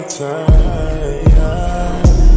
time